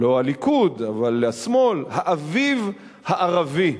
לא הליכוד, אבל השמאל, "האביב הערבי".